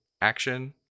action